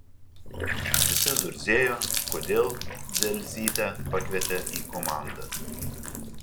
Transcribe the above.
visi zurzėjo kodėl dzelzytę pakvietė į komandą